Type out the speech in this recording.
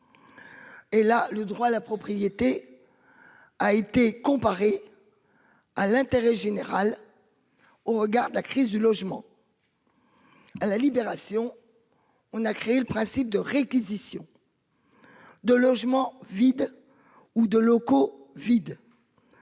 Et la le droit à la propriété. A été comparée. À l'intérêt général. Au regard de la crise du logement. À la Libération. On a créé le principe de réquisition. De logements vides ou de locaux vides.